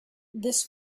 this